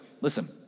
listen